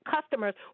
customers